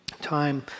time